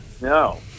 No